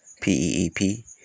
P-E-E-P